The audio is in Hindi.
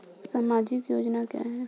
सामाजिक योजना क्या है?